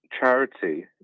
charity